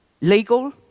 legal